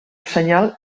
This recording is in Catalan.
senyal